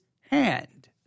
hand